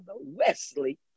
Wesley